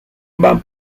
van